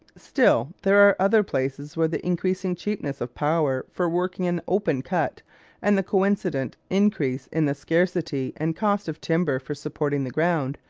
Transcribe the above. still there are other places where the increasing cheapness of power for working an open-cut and the coincident increase in the scarcity and cost of timber for supporting the ground,